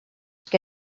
que